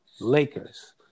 Lakers